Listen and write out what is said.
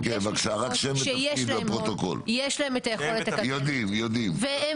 יש משפחות שיש להן את היכולת והן נמצאות